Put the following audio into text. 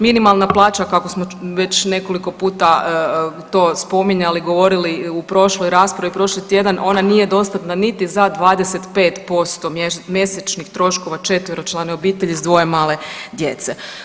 Minimalna plaća kako smo već nekoliko puta to spominjali i govorili i u prošloj raspravi prošli tjedan, ona nije dostatna niti za 25% mjesečnih troškova 4-člane obitelji s dvoje male djece.